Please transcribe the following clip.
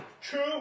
true